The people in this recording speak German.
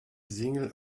single